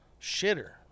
shitter